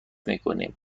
میکنیم